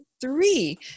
three